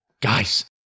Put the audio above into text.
guys